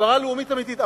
להסברה לאומית אמיתית.